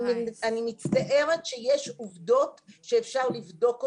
אני מצטערת שיש עובדות שאפשר לבדוק אותן,